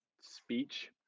speech